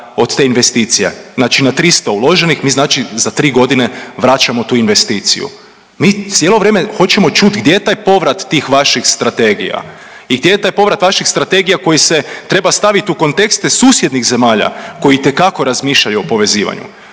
od te investicije. Znači na 300 uloženih mi znači za tri godine vraćamo tu investiciju. Mi cijelo vrijeme hoćemo čuti gdje je taj povrat tih vaših strategija i gdje je taj povrat vaših strategija koje se treba staviti u kontekste susjednih zemalja koji itekako razmišljaju o povezivanju.